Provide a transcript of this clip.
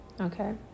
Okay